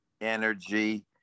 energy